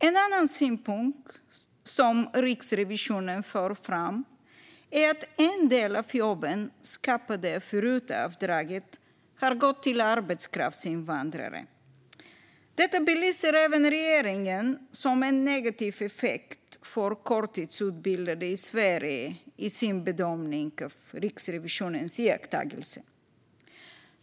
En annan synpunkt som Riksrevisionen för fram är att en del av jobben skapade via RUT-avdraget har gått till arbetskraftsinvandrare. Detta belyser även regeringen som en negativ effekt för korttidsutbildade i Sverige i sin bedömning av Riksrevisionens iakttagelser.